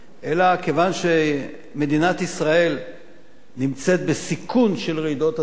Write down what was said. אלא כיוון שמדינת ישראל נמצאת בסיכון של רעידות אדמה,